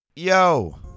yo